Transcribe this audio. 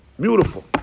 Beautiful